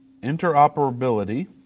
interoperability